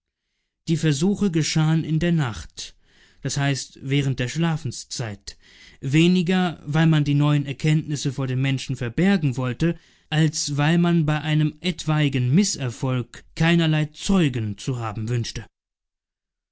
die versuche geschahen in der nacht das heißt während der schlafenszeit weniger weil man die neuen erfolge vor den menschen verbergen wollte als weil man bei einem etwaigen mißerfolg keinerlei zeugen zu haben wünschte